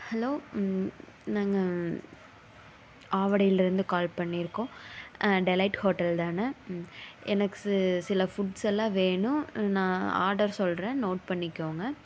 hello நாங்கள் ஆவடியிலேருந்து call பண்ணியிருக்கோம் டெலைட் ஹோட்டல் தானே எனக்கு சில ஃபுட்ஸ் எல்லாம் வேணும் நான் ஆர்டர் சொல்கிறேன் நோட் பண்ணிக்கங்க